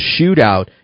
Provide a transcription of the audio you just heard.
Shootout